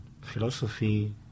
philosophy